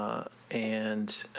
and